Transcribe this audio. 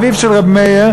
אביו של רב מאיר,